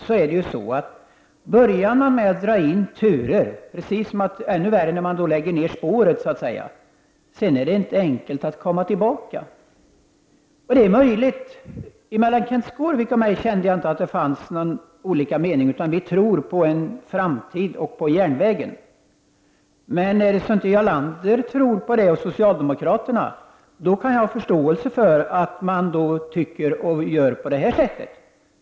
Om man börjar dra in turer eller, ännu värre, lägger ner spår är det sedan inte enkelt att komma tillbaka. Jag kände inte att det fanns olika meningar mellan Kenth Skårvik och mig, utan vi tror på en framtid för järnvägen. Om Jarl Lander och socialdemokraterna inte tror på det, kan jag ha förståelse för att de tycker och gör på detta sätt.